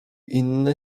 inne